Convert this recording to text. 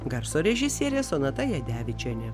garso režisierė sonata jadevičienė